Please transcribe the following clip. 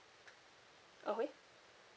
okay